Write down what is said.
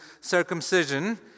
circumcision